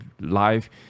live